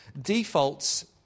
defaults